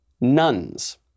nuns